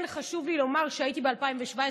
כן חשוב לי לומר שהייתי ב-2017,